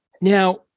Now